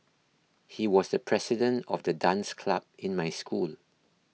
he was the president of the dance club in my school